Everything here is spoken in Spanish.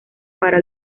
para